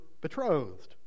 betrothed